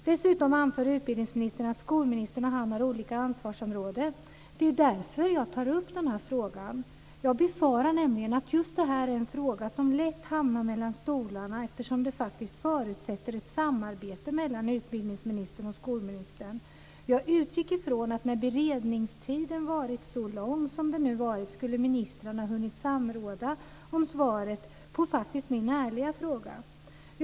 Dessutom anför utbildningsministern att skolministern och han har olika ansvarsområden. Det är därför jag tar upp frågan. Jag befarar nämligen att just det här är en fråga som lätt hamnar mellan stolarna eftersom det faktiskt förutsätter ett samarbete mellan utbildningsministern och skolministern. Jag utgick från att när beredningstiden varit så lång som den nu varit skulle ministrarna hunnit samråda om svaret på min ärliga fråga.